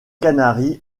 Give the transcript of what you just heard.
canaries